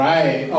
Right